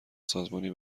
سازمانی